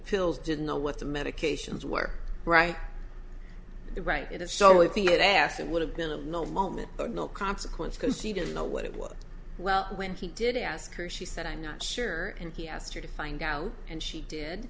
pills didn't know what the medications were right the right it is so if you had asked it would have been a no moment or no consequence because she didn't know what it was well when she did ask her she said i'm not sure and he asked her to find out and she did